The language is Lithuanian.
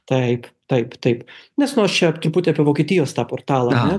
taip taip taip nes nu aš čia truputį apie vokietijos tą portalą